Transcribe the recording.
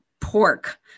pork